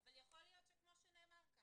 אבל יכול להיות שכמו שנאמר כאן,